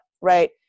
right